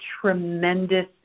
tremendous